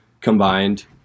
combined